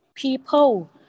people